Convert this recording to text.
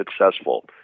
successful